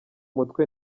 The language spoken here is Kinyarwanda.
mutwe